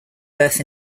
birth